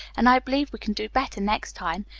and i believe we can do better next time.